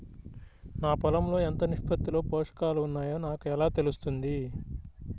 నా పొలం లో ఎంత నిష్పత్తిలో పోషకాలు వున్నాయో నాకు ఎలా తెలుస్తుంది?